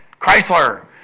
Chrysler